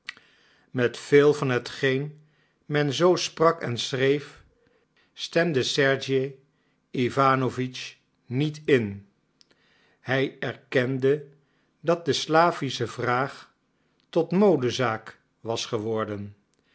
met veel van hetgeen men zoo sprak en schreef stemde sergej iwanowitsch niet in hij erkende dat de slavische vraag tot modezaak was geworden